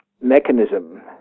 mechanism